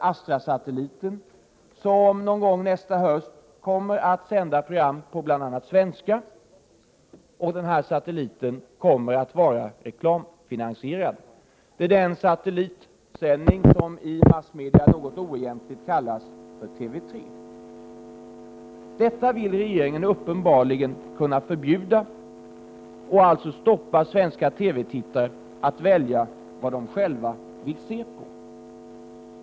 Astrasatelliten, som någon gång nästa höst kommer att sända program på bl.a. svenska. Den satelliten kommer att vara reklamfinansierad. Det är den satellitsändningen som i massmedia något oegentligt kallas för TV 3. Detta vill regeringen uppenbarligen kunna förbjuda och alltså hejda svenska TV-tittare från att själva välja vad de vill se på.